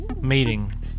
meeting